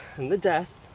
and the death.